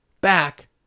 back